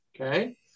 okay